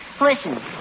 Listen